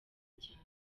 cyane